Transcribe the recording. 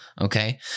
Okay